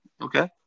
Okay